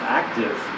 active